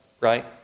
Right